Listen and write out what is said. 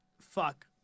fuck